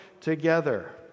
together